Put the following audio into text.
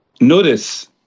notice